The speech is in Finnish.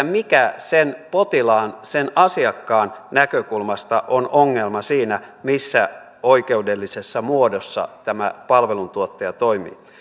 mikä sen potilaan sen asiakkaan näkökulmasta on ongelma siinä missä oikeudellisessa muodossa tämä palveluntuottaja toimii